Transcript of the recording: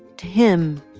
to him,